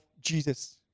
Jesus